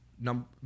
Number